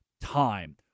time